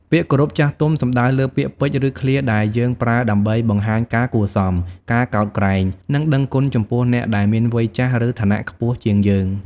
ពាក្យគោរពចាស់ទុំ សំដៅលើពាក្យពេចន៍ ឬឃ្លាដែលយើងប្រើដើម្បីបង្ហាញការគួរសម ការកោតក្រែង និងដឹងគុណចំពោះអ្នកដែលមានវ័យចាស់ ឬឋានៈខ្ពស់ជាងយើង។